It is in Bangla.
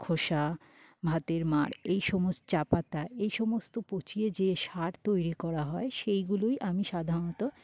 খোসা ভাতের মার এই সমস্ত চা পাতা এই সমস্ত পচিয়ে যে সার তৈরি করা হয় সেইগুলোই আমি সাধারণত